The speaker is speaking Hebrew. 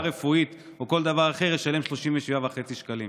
רפואית או כל דבר אחר ישלם 37.5 שקלים.